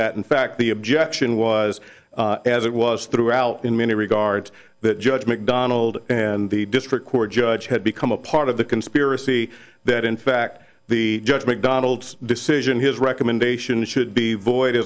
that in fact the objection was as it was throughout in many regards that judge mcdonald and the district court judge had become a part of the conspiracy that in fact the judge macdonald's decision his recommendation should be void